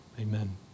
Amen